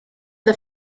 the